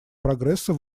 прогресса